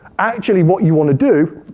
actually, what you want to do,